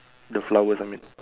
the flowers I mean